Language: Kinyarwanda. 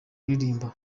kuririmba